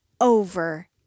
over